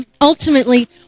Ultimately